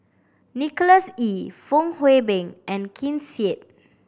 Nicholas Ee Fong Hoe Beng and Ken Seet